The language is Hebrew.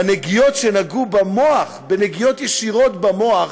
בנגיעות שנגעו במוח, בנגיעות ישירות במוח,